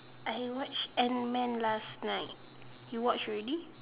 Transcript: I watch Ant man last night you watch already